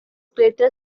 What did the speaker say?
greater